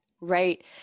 Right